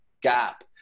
gap